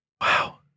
Wow